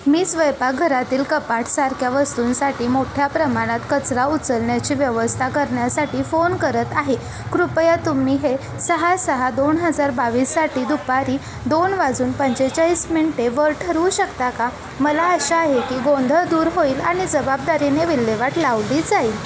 मी स्वयपाकघरातील कपाटासारख्या वस्तूंसाठी मोठ्या प्रमाणात कचरा उचलण्याची व्यवस्था करण्यासाठी फोन करत आहे कृपया तुम्ही हे सहा सहा दोन हजार बावीससाठी दुपारी दोन वाजून पंचेचाळीस मिनटेवर ठरवू शकता का मला आशा आहे की गोंधळ दूर होईल आणि जबाबदारीने विल्हेवाट लावली जाईल